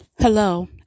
Hello